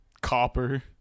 copper